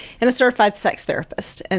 and a certified sex therapist. and